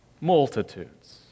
Multitudes